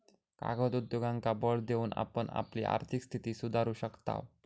कागद उद्योगांका बळ देऊन आपण आपली आर्थिक स्थिती सुधारू शकताव